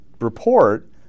report